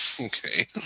Okay